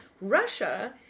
Russia